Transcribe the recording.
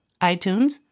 iTunes